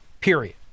period